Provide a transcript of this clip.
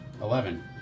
eleven